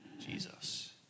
Jesus